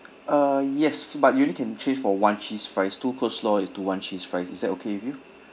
uh yes but you only can change for one cheese fries two coleslaw into one cheese fries is that okay with you